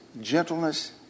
gentleness